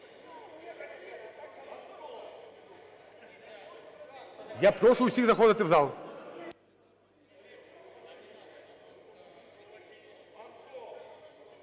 Я прошу усіх заходити в зал.